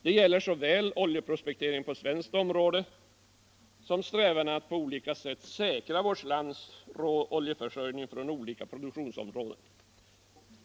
Detta gäller såväl oljeprospekteringen på svenskt område som strävandena att på olika sätt säkra vårt lands råoljeförsörjning från olika produktionsområden.